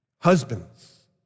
husbands